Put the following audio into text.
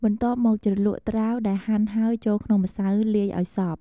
បន្ទាប់មក ជ្រលក់ត្រាវដែលហាន់ហើយចូលក្នុងម្សៅលាយ ឱ្យសព្វ។